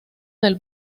del